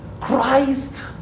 Christ